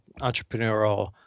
entrepreneurial